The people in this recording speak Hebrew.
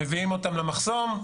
מביאים אותם למחסום,